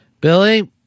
Billy